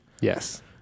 Yes